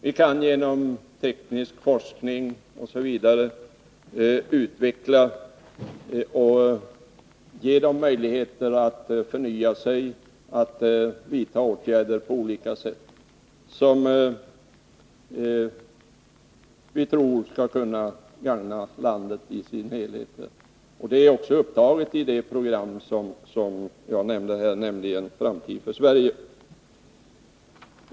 Vi kan på olika sätt ge näringslivet möjligheter att förnya sig, bl.a. genom hjälp till teknisk forskning, så att det blir till gagn för landet i dess helhet. Det här finns också med i det program som jag nämnde, nämligen Framtid för Sverige.